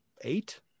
eight